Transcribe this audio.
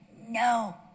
No